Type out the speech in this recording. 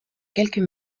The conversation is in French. quelques